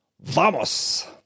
Vamos